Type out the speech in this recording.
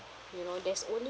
you know there's only